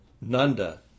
Nanda